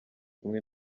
kumwe